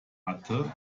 hatte